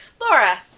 Laura